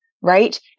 right